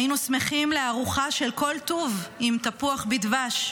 היינו שמחים לארוחה של כל טוב עם תפוח בדבש,